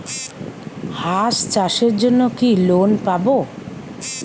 হাঁস চাষের জন্য কি লোন পাব?